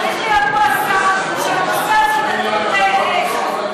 צריך להיות פה השר, שהנושא הזה נתון בסמכותו,